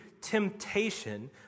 temptation